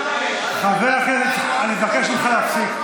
חבר הכנסת, אני מבקש ממך להפסיק.